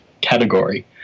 category